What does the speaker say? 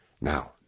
Now